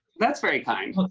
that's very kind.